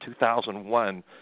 2001